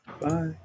Bye